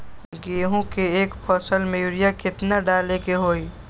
गेंहू के एक फसल में यूरिया केतना डाले के होई?